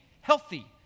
healthy